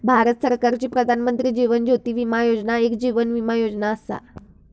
भारत सरकारची प्रधानमंत्री जीवन ज्योती विमा योजना एक जीवन विमा योजना असा